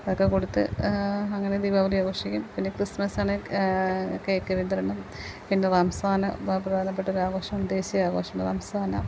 അതൊക്കെ കൊടുത്ത് അങ്ങനെ ദീപാവലി ആഘോഷിക്കും പിന്നെ ക്രിസ്മസ് ആണെ കേക്ക് വിതരണം പിന്നെ റംസാന് പ്രധാനപ്പെട്ട ഒരാഘോഷം ദേശീയ ആഘോഷം റംസാനും